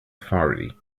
authority